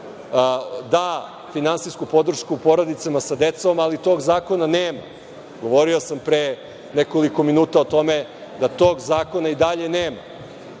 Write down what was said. da finansijsku podršku porodicama sa decom, ali tog zakona nema. Govorio sam pre nekoliko minuta o tome da tog zakona i dalje nema